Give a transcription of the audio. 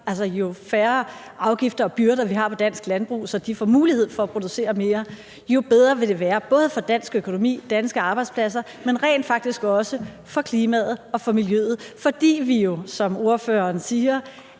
jo færre afgifter og byrder vi har på dansk landbrug, så de får mulighed for at producere mere – jo bedre vil det være både for dansk økonomi, danske arbejdspladser, men rent faktisk også for klimaet og for miljøet, fordi vi jo, som ordføreren siger,